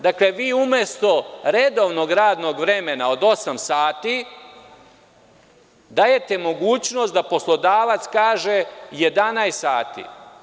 Dakle, vi umesto redovnog radnog vremena od osam sati dajete mogućnost da poslodavac kaže 11 sati.